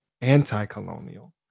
anti-colonial